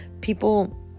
people